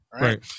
right